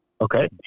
Okay